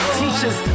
teachers